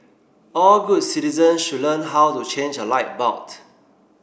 all good citizen should learn how to change a light bulb